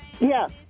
Yes